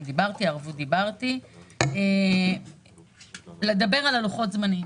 בנוסף, לוחות הזמנים.